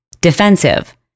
defensive